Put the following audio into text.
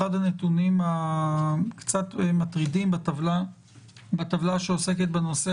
אחד הנתונים הקצת מטרידים בטבלה שעוסקת בנושא